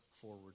forward